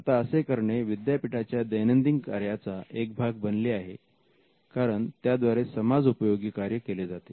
आता असे करणे विद्यापीठाच्या दैनंदिन कार्याचा एक भाग बनले आहे कारण त्याद्वारे समाज उपयोगी कार्य केले जाते